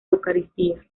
eucaristía